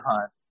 hunt